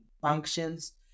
functions